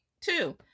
two